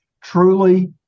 truly